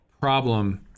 problem